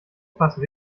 passen